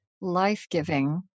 life-giving